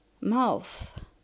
mouth